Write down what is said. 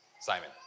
Simon